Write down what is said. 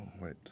Wait